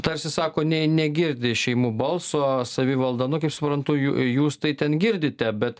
tarsi sako nei negirdi šeimų balso savivalda na kaip suprantu jūs tai ten girdite bet